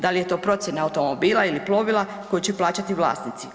Dal je to procjena automobila ili plovila koju će plaćati vlasnici?